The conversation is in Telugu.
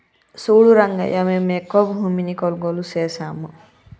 సూడు రంగయ్యా మేము ఎక్కువ భూమిని కొనుగోలు సేసాము